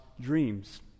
dreams